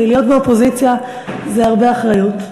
שלהיות באופוזיציה זה הרבה אחריות.